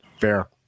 Fair